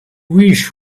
wish